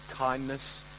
kindness